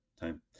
time